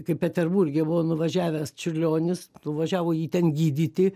kaip peterburge buvo nuvažiavęs čiurlionis nuvažiavo jį ten gydyti